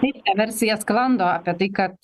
taip ta versija sklando apie tai kad